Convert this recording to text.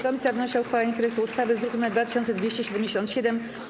Komisja wnosi o uchwalenie projektu ustawy z druku nr 2277.